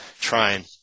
trying